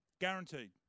Guaranteed